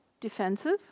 defensive